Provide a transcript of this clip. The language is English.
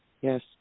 yes